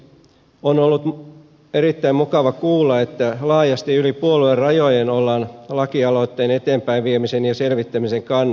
on ollut erittäin mukava kuulla että laajasti yli puoluerajojen ollaan lakialoitteen eteenpäinviemisen ja selvittämisen kannalla